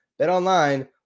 BetOnline